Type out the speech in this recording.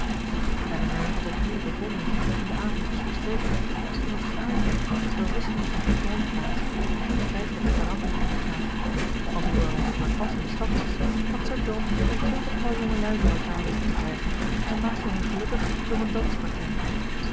elinor had opnieuw bevonden toen de avond was verstreken dat iemands geaardheid door wisseling van verblijfplaats geen feitelijke verandering ondergaat want hoewel hij nog maar pas in de stad was had sir john een twintigtal jongelui bij elkaar weten te krijgen en maakte hen gelukkig door een